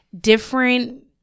different